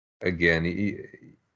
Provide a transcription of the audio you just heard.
again